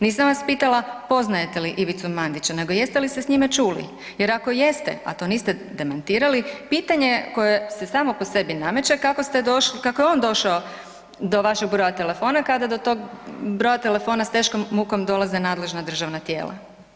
Nisam vas pitala poznajete li Ivicu Mandića nego jeste li se s njime čuli, jer ako jeste, a to niste demantirali, pitanje koje se samo po sebi nameće, kako je on došao do vašeg broja telefona kada do tog broja telefona s teškom mukom dolaze nadležna državna tijela.